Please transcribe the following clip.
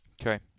okay